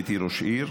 הייתי ראש עיר,